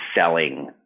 selling